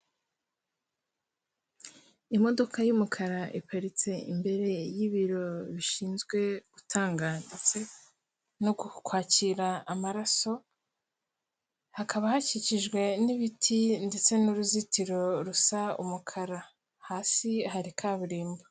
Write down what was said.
Imodoka y'umukara iparitse imbere y'ibiro bishinzwe gutanga ndetse no kwakira amaraso, hakaba hakikijwe n'ibiti ndetse n'uruzitiro rusa umukara, hasi hari kaburimbo.